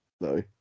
No